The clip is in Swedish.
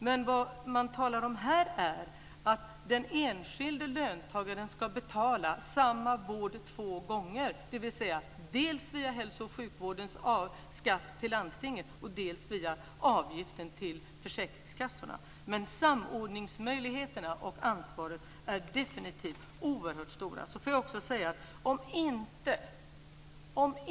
Men vad man talar om här är att den enskilde löntagaren ska betala samma vård två gånger, dvs. dels via hälso och sjukvårdsskatten till landstinget, dels via avgiften till försäkringskassorna. Men samordningsmöjligheterna är definitivt oerhört stora, och man har ett oerhört stort ansvar.